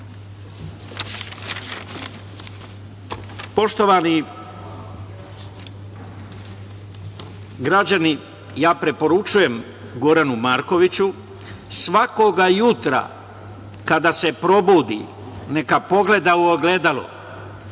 učinio. Poštovani građani, ja preporučujem Goranu Markoviću da svakoga jutra kada se probudi, neka pogleda u ogledalo,